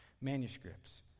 manuscripts